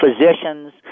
physicians